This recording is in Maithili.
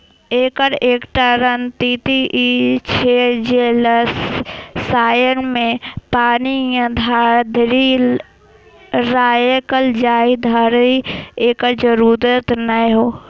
एकर एकटा रणनीति ई छै जे जलाशय मे पानि के ताधरि राखल जाए, जाधरि एकर जरूरत नै हो